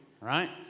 right